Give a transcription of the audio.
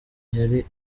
yari